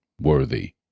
worthy